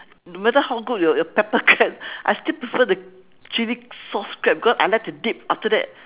no matter how good your your pepper crab I still prefer the chili sauce crab because I like to dip after that